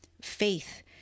faith